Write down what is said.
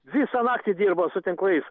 visą naktį dirbo su tinklais